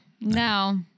no